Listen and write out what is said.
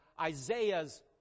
Isaiah's